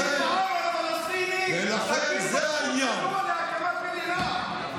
תכיר בעם הפלסטיני, תכיר בזכות שלו להקמת מדינה.